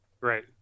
right